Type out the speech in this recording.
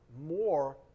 more